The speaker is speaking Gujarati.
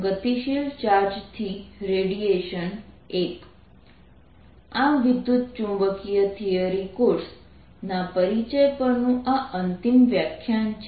ગતિશીલ ચાર્જથી રેડિયેશન I આ વિદ્યુતચુંબકીય થિયરી કોર્સ ના પરિચય પરનું આ અંતિમ વ્યાખ્યાન છે